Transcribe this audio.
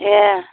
एह